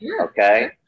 Okay